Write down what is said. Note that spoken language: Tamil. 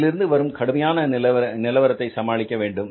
அதிலிருந்து வரும் கடுமையான நிலவரத்தை சமாளிக்க வேண்டும்